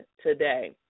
today